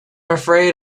afraid